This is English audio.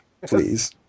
Please